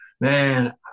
man